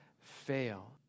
fail